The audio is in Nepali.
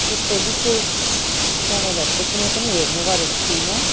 त्यस्तो विशेष च्यानलहरू चाहिँ कुनै पनि हेर्ने गरेको छुइनँ